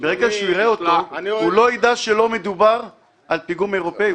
ברגע שהוא יראה אותו הוא לא ידע שלא מדובר על פיגום אירופי,